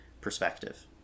perspective